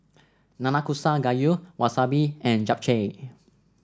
Nanakusa Gayu Wasabi and Japchae